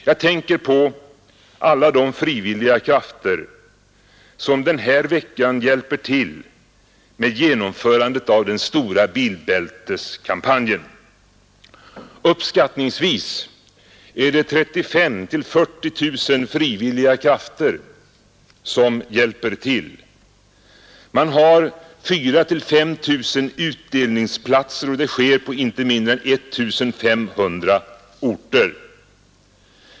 Jag tänker på alla de frivilliga krafter som den här veckan hjälper till med genomförandet av den stora bilbälteskampanjen. Uppskattningsvis är det 35 000—40 000 frivilliga krafter som hjälper till. Man har 4 000—5 000 utdelningsplatser och kampanjen äger rum på inte mindre än 1 500 orter.